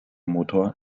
motor